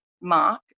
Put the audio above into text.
mark